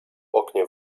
oknie